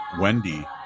Wendy